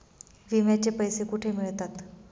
विम्याचे पैसे कुठे मिळतात?